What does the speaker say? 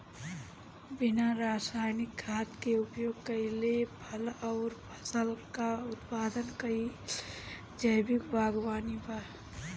बिना रासायनिक खाद क उपयोग कइले फल अउर फसल क उत्पादन कइल जैविक बागवानी बा